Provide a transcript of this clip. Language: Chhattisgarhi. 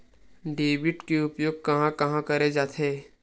डेबिट के उपयोग कहां कहा करे जाथे?